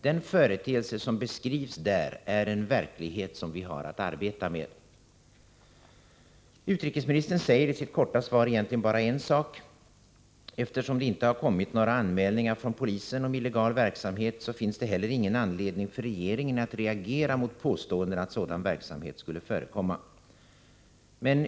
Den företeelse som beskrivs där är en verklighet som vi har att arbeta med.” Utrikesministern säger i sitt korta svar egentligen bara en sak: Eftersom det inte kommit några anmälningar från polisen om illegal verksamhet så finns det heller ingen anledning för regeringen att reagera mot påståendena att sådan verksamhet skulle förekomma.